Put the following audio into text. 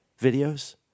videos